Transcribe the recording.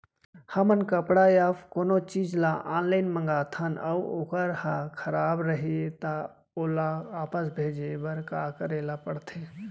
हमन कपड़ा या कोनो चीज ल ऑनलाइन मँगाथन अऊ वोकर ह खराब रहिये ता ओला वापस भेजे बर का करे ल पढ़थे?